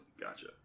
Gotcha